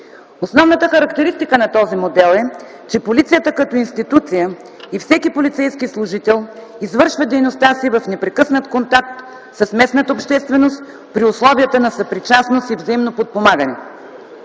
Основната характеристика на този модел е, че полицията като институция и всеки полицейски служител извършва дейността си в непрекъснат контакт с местната общественост при условията на съпричастност и взаимно подпомагане.